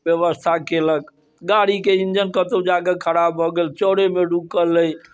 व्यवस्था केलक गाड़ी के इंजन कतौ जाके खड़ा भऽ गेल चऽरे मे रुकल अछ